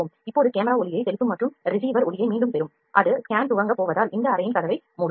இப்போது கேமரா ஒளியை செலுத்தும் மற்றும் ரிசீவர் ஒளியை மீண்டும் பெறும் அது ஸ்கேன் துவங்கப் போவதால் இந்த அறையின் கதவை மூடுவோம்